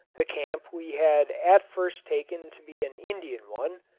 the camp we had at first taken to be an indian one,